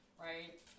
Right